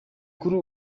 kuri